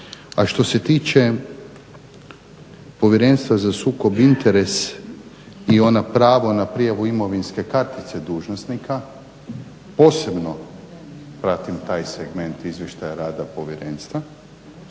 A što se tiče povjerenstva za sukob interesa i ono pravo na prijavu imovinske kartice dužnosnika posebno pratim segment izvještaj rada povjerenstva.